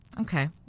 Okay